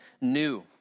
new